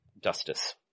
Justice